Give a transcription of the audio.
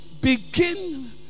Begin